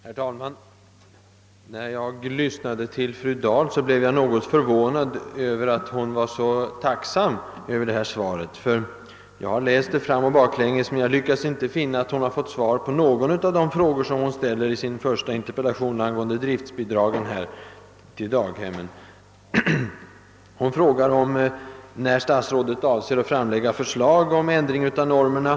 Herr talman! När jag lyssnade till fru Dahl blev jag något förvånad över att hon var så tacksam över det svar hon fått. Jag har läst det framoch baklänges, men jag har inte lyckats finna att hon fått svar på någon av de frågor hon ställt i sin första interpellation angående driftbidragen till daghemmen. Hon frågade: När avser statsrådet att framlägga förslag om ändring av normerna?